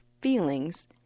feelings